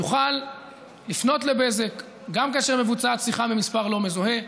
הוא יוכל לפנות לבזק גם כאשר מבוצעת שיחה ממספר לא מזוהה,